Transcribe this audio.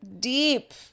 Deep